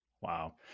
Wow